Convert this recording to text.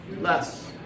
less